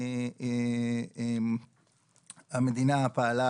המדינה פעלה